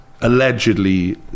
allegedly